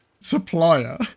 supplier